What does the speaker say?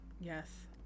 Yes